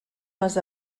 les